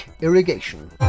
Irrigation